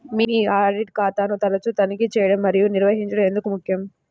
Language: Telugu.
మీ ఆడిట్ ఖాతాను తరచుగా తనిఖీ చేయడం మరియు నిర్వహించడం ఎందుకు ముఖ్యం?